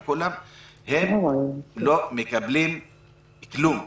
וכולם - הם לא מקבלים כלום.